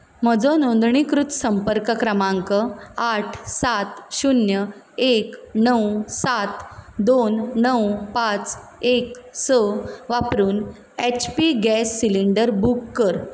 म्हजो नोंदणीकृत संपर्क क्रमांक आठ सात शुन्य एक णव सात दोन णव पांच एक स वापरून H P gas cylinder book कर